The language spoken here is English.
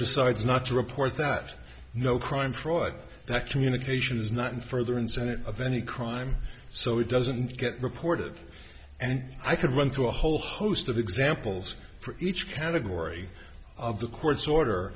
decides not to report that no crime fraud that communication is not in further incentive of any crime so it doesn't get reported and i could run through a whole host of examples for each category of the court's order